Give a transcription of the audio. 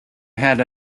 had